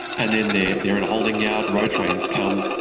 and then they're they're in a holding yard, road trains come,